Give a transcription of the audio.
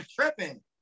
tripping